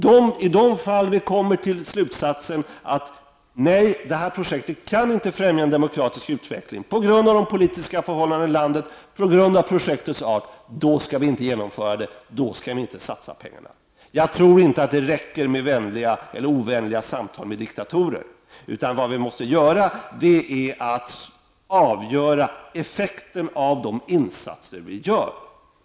I de fall vi kommer till slutsatsen att projektet inte kan främja en demokratisk utveckling på grund av de politiska förhållandena i landet och på grund av projektets art, då skall vi inte genomföra det och alltså inte satsa några pengar på det. Jag tror inte att det räcker med vänliga eller ovänliga samtal med diktatorer, utan vad vi måste göra är att avgöra effekten av de insatser vi gör.